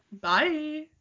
Bye